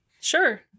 Sure